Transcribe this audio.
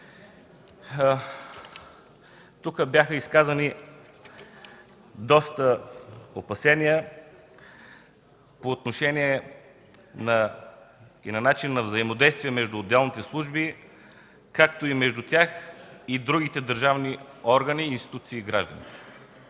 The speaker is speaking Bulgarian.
Тук бяха изказани доста опасения по отношение начина на взаимодействие между отделните служби, както и между тях и други държавни органи, институции и граждани.